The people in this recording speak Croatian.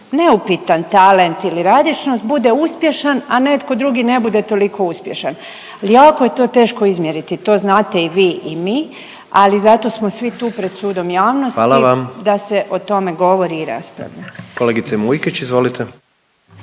neupitan talent ili radišnost bude uspješan, a netko drugi ne bude toliko uspješan. Jako je to teško izmjeriti, to znate i vi i mi ali zato smo svi tu pred sudom javnosti …/Upadica predsjednik: Hvala vam./… da se o tome